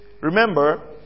Remember